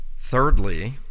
thirdly